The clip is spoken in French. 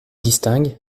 distingue